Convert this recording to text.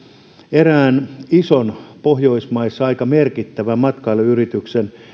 erään ison pohjoismaissa aika merkittävän matkailuyrityksen